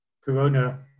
Corona